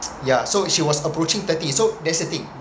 yeah so she was approaching thirty so that's the thing